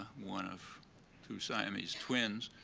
one of two siamese twins,